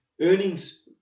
earnings